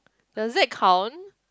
does it count